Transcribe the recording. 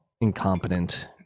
incompetent